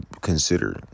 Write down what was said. consider